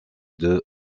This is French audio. deux